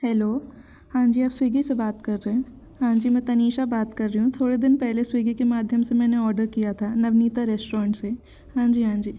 hello हाँ जी आप स्विगी से बात कर रहे हैं हाँ जी मैं तनीशा बात कर रही हूँ थोड़े दिन पहले स्विगी के माध्यम से मैंने ऑडर किया था नवनीता रेश्ट्रॉन्ट से हाँ जी हाँ जी